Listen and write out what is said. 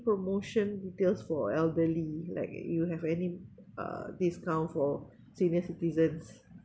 promotion deals for elderly like you have any uh discount for senior citizens